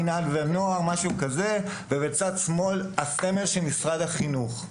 מינהל ונוער משהו כזה ובצד שמאל הסמל של משרד החינוך.